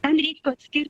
ten reiktų atskirt